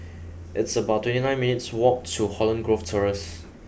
it's about twenty nine minutes' walk to Holland Grove Terrace